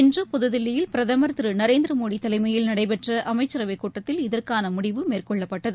இன்று புததில்லியில் பிரதம் திரு நரேந்திரமோடி தலைமையில் நடைபெற்ற அமச்சரவைக் கூட்டத்தில் இதற்கான முடிவு மேற்கொள்ளப்பட்டது